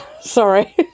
sorry